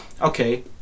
okay